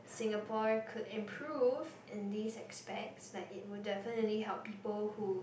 Singaporean could improve in these aspects like it would definitely help people who